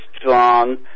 strong